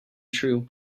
true